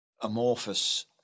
amorphous